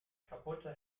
kaputte